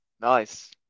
Nice